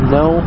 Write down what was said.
no